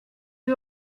you